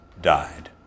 died